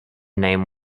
name